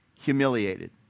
humiliated